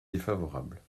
défavorable